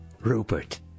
Rupert